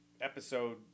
episode